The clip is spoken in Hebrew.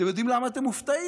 אתם יודעים למה אתם מופתעים?